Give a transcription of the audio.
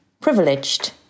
privileged